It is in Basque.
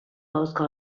ahozko